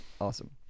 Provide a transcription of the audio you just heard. awesome